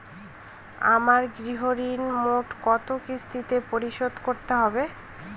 আমার গৃহঋণ মোট কত কিস্তিতে পরিশোধ করতে হবে?